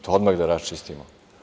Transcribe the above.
To odmah da raščistimo.